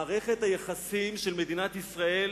מערכת היחסים של מדינת ישראל